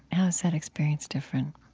how is that experience different?